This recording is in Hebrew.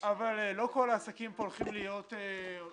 אבל לא כל העסקים פה הולכים להיות גדולים.